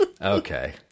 okay